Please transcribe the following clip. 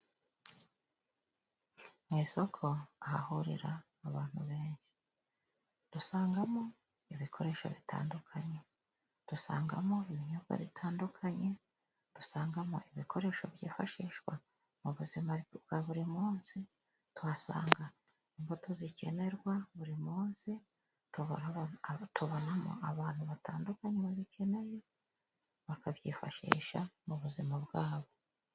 Mu isoko hahurira abantu benshi. Dusangamo ibikoresho bitandukanye, dusangamo ibinyobwa bitandukanye, dusangamo ibikoresho byifashishwa mu buzima bwa buri munsi, tuhasanga imbuto zikenerwa buri munsi, tubonamo abantu batandukanye babikeneye, bakabyifashisha mu buzima bwabo.